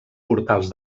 portals